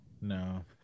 no